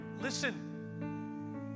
listen